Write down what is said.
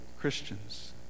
Christians